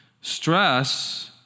Stress